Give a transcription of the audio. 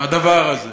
הדבר הזה